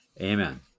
Amen